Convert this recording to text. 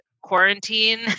quarantine